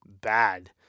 bad